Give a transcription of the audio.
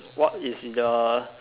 what is the